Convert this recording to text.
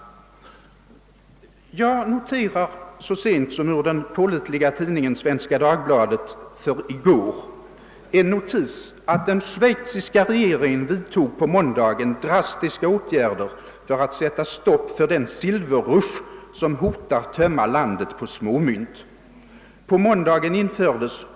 Jag noterar så sent som ur den pålitliga tidningen Svenska Dagbladet för i går en notis: »Den schweiziska regeringen vidtog på måndagen drastiska åtgärder för att sätta stopp för den silverrush, som hotar tömma landet på småmynt.